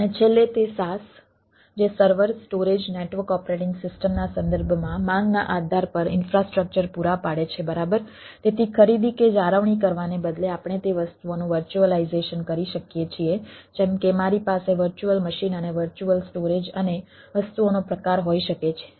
અને છેલ્લે તે IaaS જે સર્વર સ્ટોરેજ મશીન અને વર્ચ્યુઅલ સ્ટોરેજ અને વસ્તુનો પ્રકાર હોઈ શકે છે